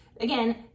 Again